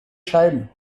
scheiben